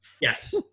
Yes